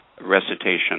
recitation